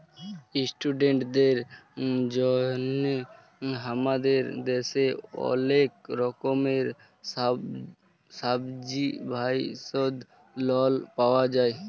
ইশটুডেন্টদের জন্হে হামাদের দ্যাশে ওলেক রকমের সাবসিডাইসদ লন পাওয়া যায়